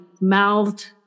mouthed